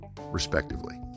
respectively